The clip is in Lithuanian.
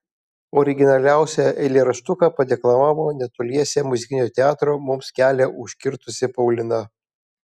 originaliausią eilėraštuką padeklamavo netoliese muzikinio teatro mums kelią užkirtusi paulina